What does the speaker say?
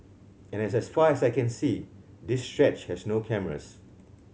and as far as I can see this stretch has no cameras